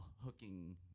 hooking